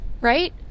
Right